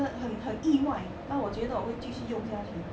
很很很意外那我觉得我会继续用下去